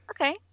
Okay